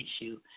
issue